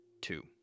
two